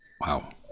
Wow